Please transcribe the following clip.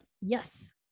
Yes